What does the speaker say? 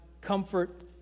comfort